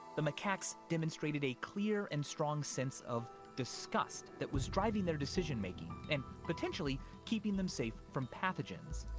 the macaques demonstrated a clear and strong sense of disgust that was driving their decision making and potentially keeping them safe from pathogens.